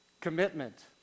Commitment